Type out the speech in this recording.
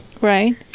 Right